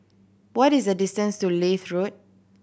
what is the distance to Leith Road